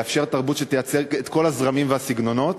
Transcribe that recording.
לאפשר תרבות שתייצג את כל הזרמים והסגנונות,